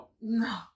No